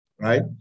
right